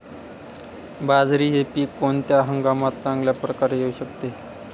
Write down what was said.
बाजरी हे पीक कोणत्या हंगामात चांगल्या प्रकारे येऊ शकते?